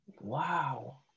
Wow